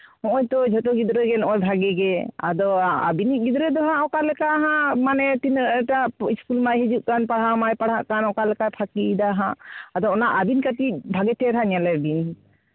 ᱱᱚᱜᱼᱚᱭ ᱛᱚ ᱡᱷᱚᱛᱚ ᱜᱤᱫᱽᱨᱟᱹ ᱜᱮ ᱱᱚᱜᱼᱚᱭ ᱵᱷᱟᱹᱜᱤ ᱟᱫᱚ ᱟᱹᱵᱤᱱᱤᱡ ᱜᱤᱫᱽᱨᱟᱹ ᱫᱚ ᱦᱟᱸᱜ ᱚᱠᱟ ᱞᱮᱠᱟ ᱦᱟᱸᱜ ᱢᱟᱱᱮ ᱛᱤᱱᱟᱹᱜᱴᱟ ᱤᱥᱠᱩᱞ ᱢᱟᱭ ᱦᱤᱡᱩᱜ ᱠᱟᱱ ᱯᱟᱲᱦᱟᱜ ᱢᱟᱭ ᱯᱟᱲᱦᱟᱜ ᱠᱟᱱ ᱚᱠᱟ ᱞᱮᱠᱟᱭ ᱯᱷᱟᱸᱠᱤᱭ ᱫᱟ ᱦᱟᱸᱜ ᱚᱱᱟ ᱟᱹᱵᱤᱱ ᱠᱟᱹᱴᱤᱡ ᱵᱷᱟᱜᱮ ᱪᱮᱦᱨᱟ ᱧᱮᱞᱮᱵᱤᱱ